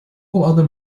other